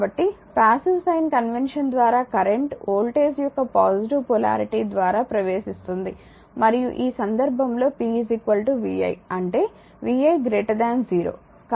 కాబట్టి passive sign convection ద్వారా current voltage యొక్క పాజిటివ్ పొలారిటీ ద్వారా ప్రవేశిస్తుంది మరియు ఈ సందర్భం లో p vi అంటే vi 0